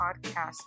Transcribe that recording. podcast